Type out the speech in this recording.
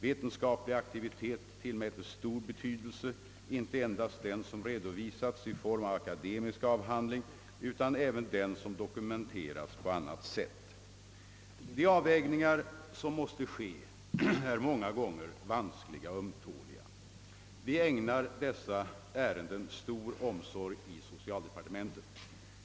Vetenskaplig aktivitet tillmäts stor betydelse, inte endast den som redovisats i form av akademisk avhandling utan även den som dokumenterats på annat sätt. De avvägningar som måste ske är många gånger vanskliga och ömtåliga. Vi ägnar också dessa ärenden stor omsorg i socialdepartementet.